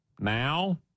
Now